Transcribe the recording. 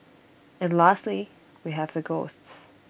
and lastly we have the ghosts